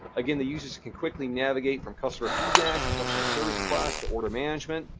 again, the users can quickly navigate from customer feedback, customer service requests, to order management,